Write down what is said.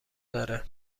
داره